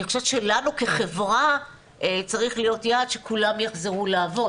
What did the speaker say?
חושבת שלנו כחברה צריך להיות יעד שכולם יחזרו לעבוד,